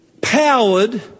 Powered